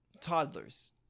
toddlers